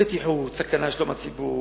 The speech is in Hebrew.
בטיחות, סכנה לשלום הציבור,